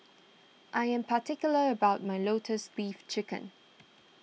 I am particular about my Lotus Leaf Chicken